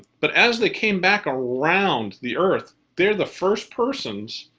but as they came back around the earth, they're the first persons,